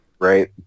right